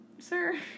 Sir